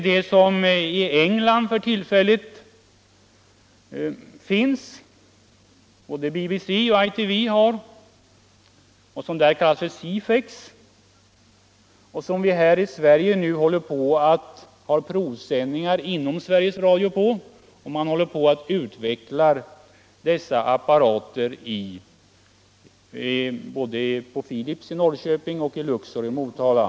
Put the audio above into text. Den finns redan nu i England. Både BBC och ITV har nämligen något som kallas för Ceefax, och det har man nu inom Sveriges Radio också börjat provsändningar med. Apparaterna håller nu på att utvecklas både på Philips i Norrköping och på Luxor i Motala.